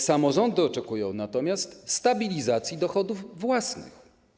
Samorządy oczekują natomiast stabilizacji dochodów własnych.